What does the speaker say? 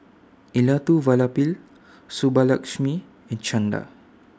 Elattuvalapil Subbulakshmi and Chanda